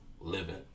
living